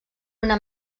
una